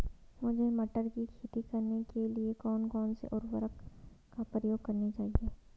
मुझे मटर की खेती करने के लिए कौन कौन से उर्वरक का प्रयोग करने चाहिए?